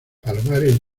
palomares